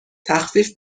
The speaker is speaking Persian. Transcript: تخفیف